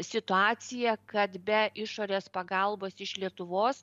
situaciją kad be išorės pagalbos iš lietuvos